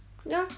ya